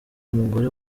umugore